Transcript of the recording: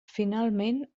finalment